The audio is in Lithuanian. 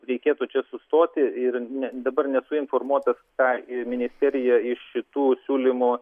reikėtų čia sustoti ir dabar nesu informuotas ką ministerija iš šitų siūlymų